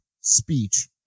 speech